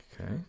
Okay